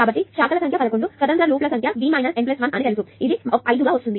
కాబట్టి శాఖల యొక్క సంఖ్య 11 స్వతంత్ర లూప్ సంఖ్య B N 1 అని తెలుసు ఇది 5 గా వస్తుంది